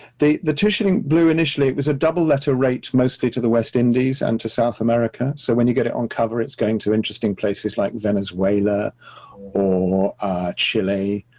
the the two shilling blue initially, it was a double letter rate, mostly to the west indies and to south america. so when you get it on cover, it's going to interesting places like venezuela or chile,